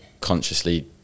consciously